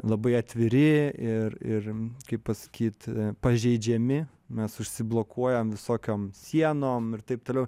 labai atviri ir ir kaip pasakyt pažeidžiami mes užsiblokuojam visokiom sienom ir taip toliau